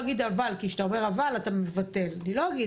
זה המאבק בתאונות הדרכים ולא ראיתי